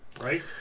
Right